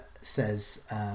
says